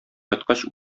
кайткач